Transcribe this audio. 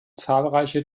zahlreiche